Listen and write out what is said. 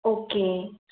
okay